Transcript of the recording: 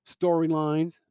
storylines